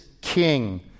king